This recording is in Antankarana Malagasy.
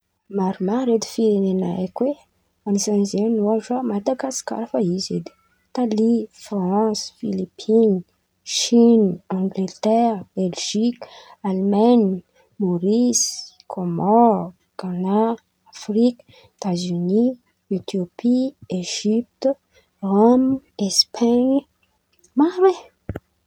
Maromaro edy firenena haiko e, anisany zen̈y ôhatra: Madagasikara efa izy edy, Italy, Fransy, Filipiny, chiny, Angletera, Belziky, Alman̈y, Môrisy, Kômôro, Ganah, Afriky, Etaziony, Etiopy, Ezipte, Rôme, Espan̈y, maro e!